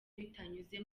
bitanyuze